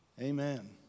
Amen